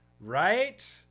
right